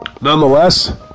nonetheless